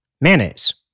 Mayonnaise